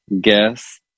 guess